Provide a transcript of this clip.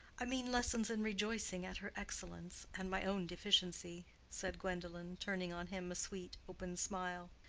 i mean lessons in rejoicing at her excellence and my own deficiency, said gwendolen, turning on him a sweet, open smile.